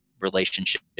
Relationship